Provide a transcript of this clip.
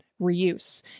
reuse